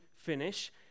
finish